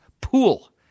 pool